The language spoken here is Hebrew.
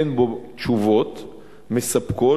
אין בו תשובות מספקות,